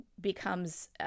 becomes